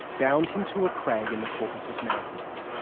bound him to a crag in the caucasus mountains.